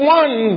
one